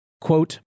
Quote